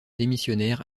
démissionnaire